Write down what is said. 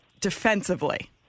defensively